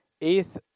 eighth